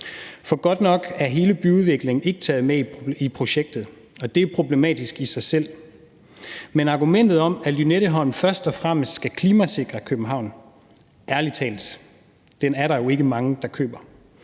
For godt nok er hele byudviklingen ikke taget med i projektet, og det er problematisk i sig selv. Men argumentet om, at Lynetteholm først og fremmest skal klimasikre København, er der jo ærlig talt ikke mange, der køber.